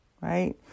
right